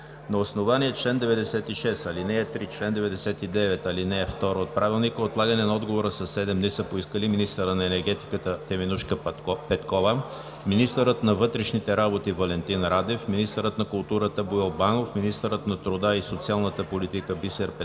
На основание чл. 96, ал. 3 и чл. 99, ал. 2 от Правилника отлагане на отговори със седем дни са поискали: - министърът на енергетиката Теменужка Петкова; - министърът на вътрешните работи Валентин Радев; - министърът на културата Боил Банов; - министърът на труда и социалната политика Бисер Петков;